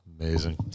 Amazing